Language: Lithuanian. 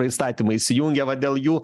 įstatymai įsijungia va dėl jų